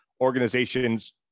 organizations